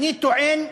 אני טוען,